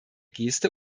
geste